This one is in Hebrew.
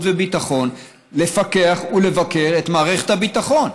וביטחון לפקח ולבקר את מערכת הביטחון.